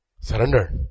Surrender